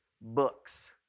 books